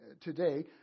today